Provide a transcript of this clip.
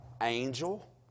Angel